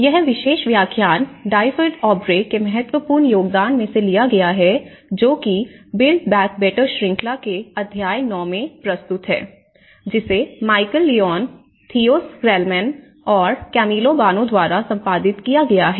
यह विशेष व्याख्यान डाइफड ऑब्रे के महत्वपूर्ण योगदान में से लिया गया है जो कि बिल्ड बैक बैटर श्रृंखला के अध्याय 9 में प्रस्तुत हैं जिसे माइकल लियोन थियो स्कर्लेमैन और कैमिलो बानो द्वारा संपादित किया गया है